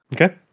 Okay